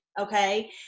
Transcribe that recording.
Okay